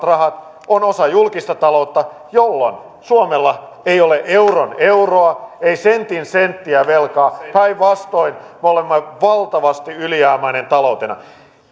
rahat ovat osa julkista taloutta jolloin suomella ei ole euron euroa ei sentin senttiä velkaa päinvastoin me olemme valtavasti ylijäämäinen taloutena